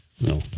No